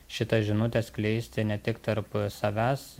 šitą žinutę skleisti ne tik tarp savęs